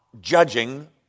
judging